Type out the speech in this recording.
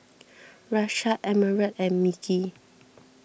Rashad Emerald and Mickey